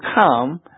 come